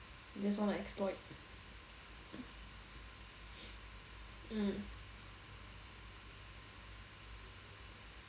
just want to exploit mm